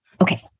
Okay